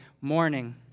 morning